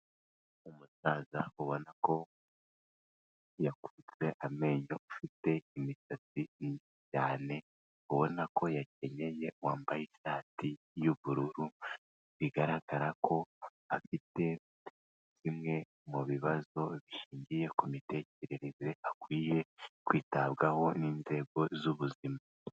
Umusaza ubona ko yakutse amenyo, ufite imisatsi myinshi cyane ubona ko yakenyeye wambaye ishati y'ubururu bigaragara ko afite bimwe mu bibazo bishingiye ku mitekerereze, akwiye kwitabwaho n'inzego z'ubuzima.